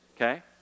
okay